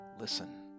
Listen